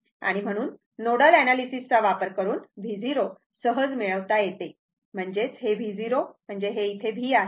आणि म्हणून nodal analysis चा वापर करून V 0 सहज मिळवता येते म्हणजेच हे V0 म्हणजे हे V इथे आहे